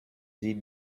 sie